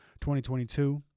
2022